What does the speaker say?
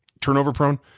turnover-prone